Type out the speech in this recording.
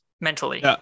mentally